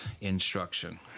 instruction